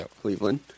Cleveland